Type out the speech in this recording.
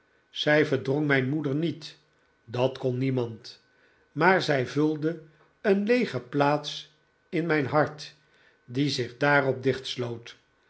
zij verdrong mijn moeder niet dat kon niemand maar zij vulde een leege plaats in mijn hart die zich daarop